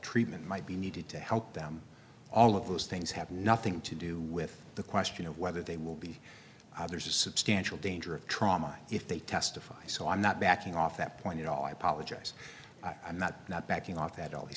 treatment might be needed to help them all of those things have nothing to do with the question of whether they will be there's a substantial danger of trauma if they testify so i'm not backing off that point at all i apologize i'm not not backing off at al